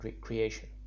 creation